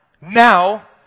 Now